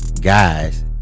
guys